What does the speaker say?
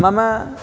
मम